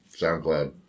SoundCloud